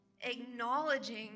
acknowledging